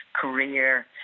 career